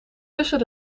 tussen